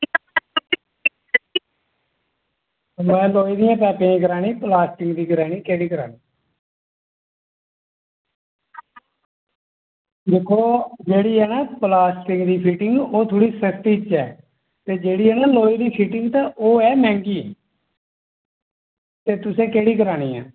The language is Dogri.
जां लोहें दे पाइपें दी करानी प्लॉस्टिक दी करानी केह्दी करानी ते दिक्खो जेह्ड़ी ऐ ना प्लॉस्टिक च फिटिंग ओह् थोह्ड़ी सस्ती च ऐ ते जेह्ड़ी ऐ ना लोहे दी फिटिंग ओह् ऐ मैंह्गी ते तुसें केह्ड़ी करानी ऐ